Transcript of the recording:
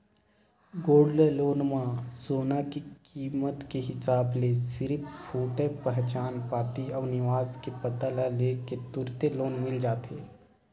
gold loan म सोना के कीमत के हिसाब ले सिरिफ फोटूए पहचान पाती अउ निवास के पता ल ले के तुरते लोन मिल जाथे